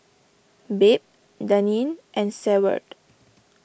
Babe Daneen and Seward